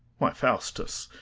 why, faustus,